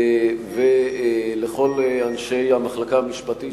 לכל אנשי המחלקה המשפטית,